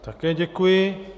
Také děkuji.